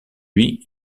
lui